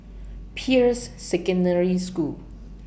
Peirce Secondary School